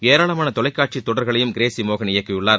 ஏராளமான தொலைக்காட்சி தொடர்களையும் கிரேஸிமோகன் இயக்கியுள்ளார்